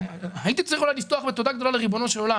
הייתי צריך אולי לפתוח בתודה גדולה לריבונו של עולם.